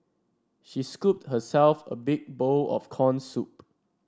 she scooped herself a big bowl of corn soup